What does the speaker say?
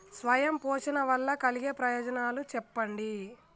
స్వయం పోషణ వల్ల కలిగే ప్రయోజనాలు చెప్పండి?